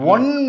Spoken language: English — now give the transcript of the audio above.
One